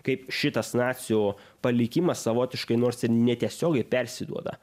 kaip šitas nacių palikimas savotiškai nors ir ne tiesiogiai persiduoda